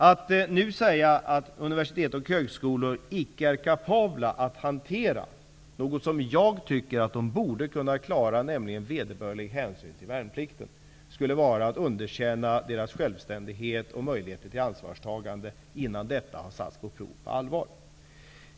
Att nu säga att de icke är kapabla att hantera något som jag tycker att de borde kunna klara, nämligen att ta vederbörlig hänsyn till värnplikten, skulle vara att underkänna deras självständighet och möjligheter till ansvarstagande innan detta har satts på prov på allvar.